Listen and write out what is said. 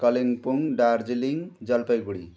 Kalimpong Darjeeling Jalpaiguri